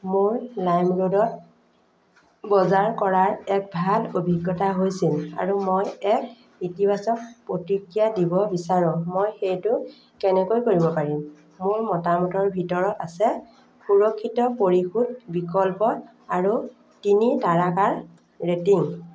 মোৰ লাইমৰোডত বজাৰ কৰাৰ এক ভাল অভিজ্ঞতা হৈছিল আৰু মই এক ইতিবাচক প্ৰতিক্ৰিয়া দিব বিচাৰোঁ মই সেইটো কেনেকৈ কৰিব পাৰিম মোৰ মতামতৰ ভিতৰত আছে সুৰক্ষিত পৰিশোধ বিকল্প আৰু তিনি তাৰকাৰ ৰেটিং